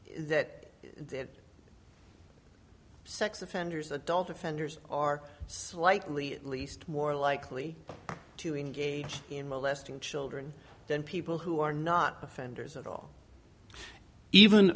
that that sex offenders adult offenders are likely at least more likely to engage in molesting children than people who are not offenders at all even